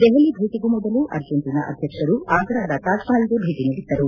ದೆಹಲಿ ಭೇಟಗೂ ಮೊದಲು ಅರ್ಜೈಂಟೈನಾ ಅಧ್ಯಕ್ಷರು ಆಗ್ರಾದ ತಾಜ್ಮಹಲ್ಗೆ ಭೇಟಿ ನೀಡಿದ್ದರು